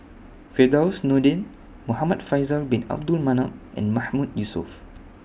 Firdaus Nordin Muhamad Faisal Bin Abdul Manap and Mahmood Yusof